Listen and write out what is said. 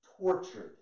tortured